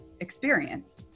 experience